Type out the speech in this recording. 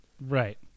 Right